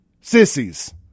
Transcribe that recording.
sissies